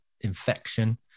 infection